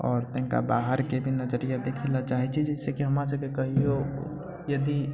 आओर तनिटा बाहरके भी नजरिआ देखै लै चाहैत छी जिससे कि हमरा सबके कहिओ यदि